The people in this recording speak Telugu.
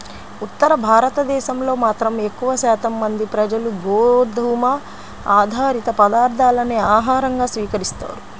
ఉత్తర భారతదేశంలో మాత్రం ఎక్కువ శాతం మంది ప్రజలు గోధుమ ఆధారిత పదార్ధాలనే ఆహారంగా స్వీకరిస్తారు